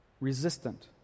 Resistant